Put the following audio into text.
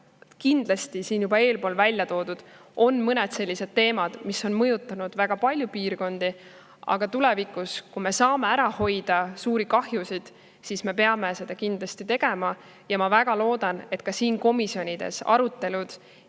Jah, siin on juba välja toodud mõned teemad, mis on mõjutanud väga paljusid piirkondi. Aga tulevikus, kui me saame ära hoida suuri kahjusid, siis me peame seda kindlasti tegema. Ja ma väga loodan, et ka siin komisjonides puudutavad